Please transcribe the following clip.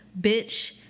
bitch